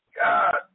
God